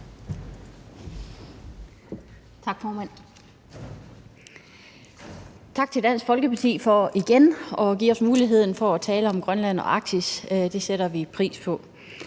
Tak, formand. Tak til Dansk Folkeparti for igen at give os muligheden for at tale om Grønland og Arktis. Det sætter vi pris på.